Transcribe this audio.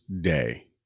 Day